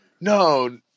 no